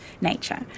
nature